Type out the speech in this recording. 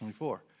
24